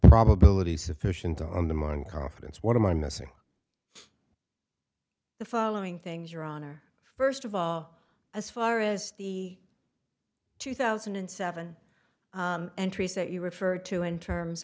probability sufficient on the modern confidence what am i missing the following things your honor first of all as far as the two thousand and seven entries that you referred to in terms